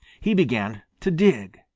he began to dig.